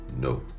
no